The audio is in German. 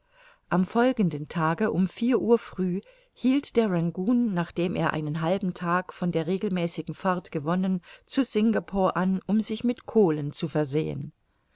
am folgenden tage um vier uhr früh hielt der rangoon nachdem er einen halben tag von der regelmäßigen fahrt gewonnen zu singapore an um sich mit kohlen zu versehen